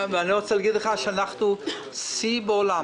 אני לא רוצה להגיד לך שאנחנו כמעט בשיא בעולם